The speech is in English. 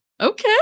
Okay